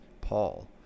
Paul